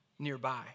nearby